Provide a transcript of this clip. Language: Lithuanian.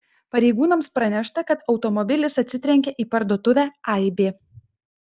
pareigūnams pranešta kad automobilis atsitrenkė į parduotuvę aibė